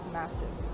massive